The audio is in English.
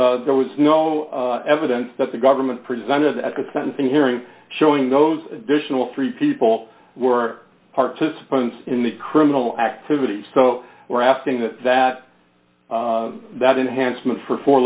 off there was no evidence that the government presented at the sentencing hearing showing those additional three people were participants in the criminal activity so we're asking that that that enhancement for four